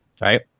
right